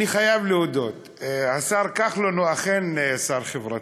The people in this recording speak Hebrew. אני חייב להודות, השר כחלון הוא אכן שר חברתי.